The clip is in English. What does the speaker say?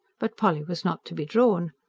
but polly was not to be drawn.